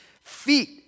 Feet